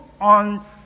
on